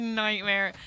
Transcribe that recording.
nightmare